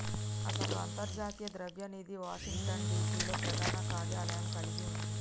అసలు అంతర్జాతీయ ద్రవ్య నిధి వాషింగ్టన్ డిసి లో ప్రధాన కార్యాలయం కలిగి ఉంది